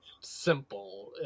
simple